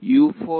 ವಿದ್ಯಾರ್ಥಿ ಸರಿ